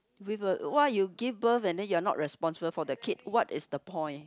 with a why you give birth and then you're not responsible for the kid what is the point